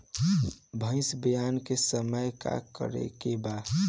भैंस ब्यान के समय का करेके बा?